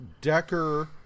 Decker